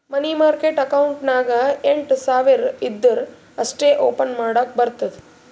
ಮನಿ market account ನಾಗ್ ಎಂಟ್ ಸಾವಿರ್ ಇದ್ದೂರ ಅಷ್ಟೇ ಓಪನ್ ಮಾಡಕ್ ಬರ್ತುದ